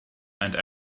and